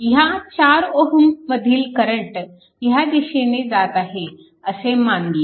ह्या 4 ओहम मधील करंट ह्या दिशेने जात आहे असे मानले